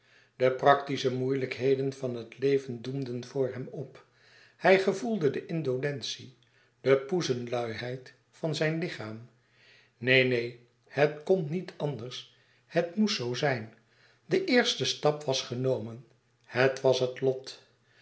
de practische moeilijkheden van het leven doemden voor hem op hij gevoelde de indolentie de poesenluiheid van zijn lichaam neen neen het kon niet anders het moest zoo zijn de eerste stap was genomen het was het lot